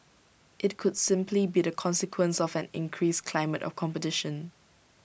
IT could simply be the consequence of an increased climate of competition